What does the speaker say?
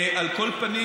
על כל פנים,